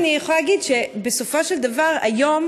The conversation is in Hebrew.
אבל אם אני יכולה להגיד שבסופו של דבר היום,